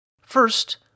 First